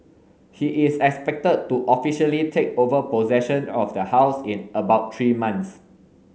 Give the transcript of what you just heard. he is expected to officially take over possession of the house in about three months